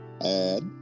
Add